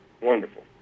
Wonderful